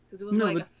No